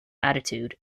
attitude